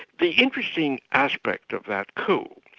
the interesting aspect of that coup,